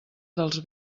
dels